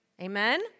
Amen